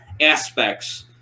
aspects